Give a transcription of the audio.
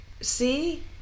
see